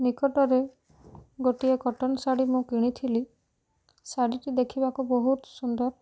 ନିକଟରେ ଗୋଟିଏ କଟନ ଶାଢ଼ୀ ମୁଁ କିଣିଥିଲି ଶାଢ଼ୀଟି ଦେଖିବାକୁ ବହୁତ ସୁନ୍ଦର